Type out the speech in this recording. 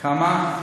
כמה?